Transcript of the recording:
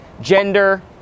gender